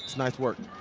nice work.